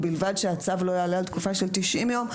ובלבד שהצו לא יעלה על תקופה של 90 יום.